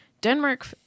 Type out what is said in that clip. Denmark